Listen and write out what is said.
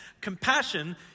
Compassion